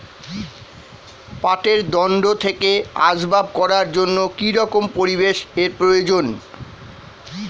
পাটের দণ্ড থেকে আসবাব করার জন্য কি রকম পরিবেশ এর প্রয়োজন?